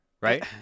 right